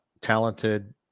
talented